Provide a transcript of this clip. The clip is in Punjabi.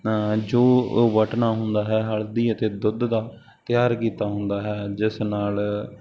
ਤਾਂ ਜੋ ਉਹ ਬਟਨਾ ਹੁੰਦਾ ਹੈ ਹਲਦੀ ਅਤੇ ਦੁੱਧ ਦਾ ਤਿਆਰ ਕੀਤਾ ਹੁੰਦਾ ਹੈ ਜਿਸ ਨਾਲ